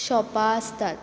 शॉपां आसतात